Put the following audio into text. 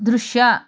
ದೃಶ್ಯ